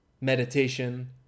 meditation